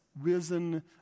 risen